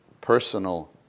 personal